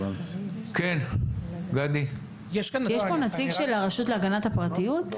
יש פה נציג של הרשות להגנת הפרטיות?